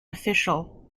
official